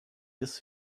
ist